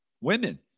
women